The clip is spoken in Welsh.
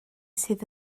sydd